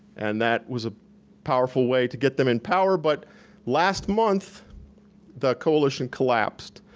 and that was a powerful way to get them in power, but last month the coalition collapsed,